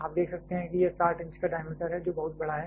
आप देख सकते हैं कि यह 60 इंच का डायमीटर है जो बहुत बड़ा है